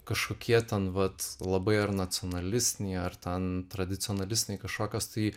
kažkokie ten vat labai ar nacionalistiniai ar ten tradicionalistiniai kažkokios tai